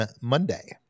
Monday